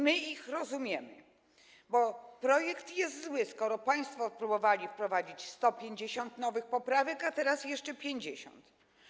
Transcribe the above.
My ich rozumiemy, bo projekt jest zły, skoro państwo próbowali wprowadzić 150 nowych poprawek, a teraz jeszcze 50.